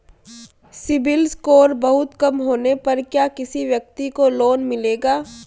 CIBIL score बहुत कम होने पर क्या किसी व्यक्ति को लोंन मिलेगा?